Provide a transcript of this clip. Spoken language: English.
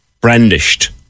brandished